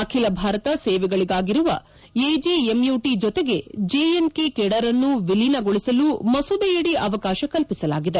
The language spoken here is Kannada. ಅಖಿಲ ಭಾರತ ಸೇವೆಗಳಿಗಾಗಿರುವ ಎಜಿಎಂಯುಟ ಜೊತೆಗೆ ಜೆ ಕೆ ಕೇಡರ್ನ್ನು ವಿಲೀನಗೊಳಿಸಲು ಮಸೂದೆಯಡಿ ಅವಕಾಶ ಕಲ್ಪಿಸಲಾಗಿದೆ